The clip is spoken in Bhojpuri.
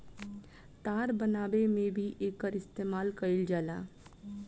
तार बनावे में भी एकर इस्तमाल कईल जाला